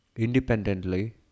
independently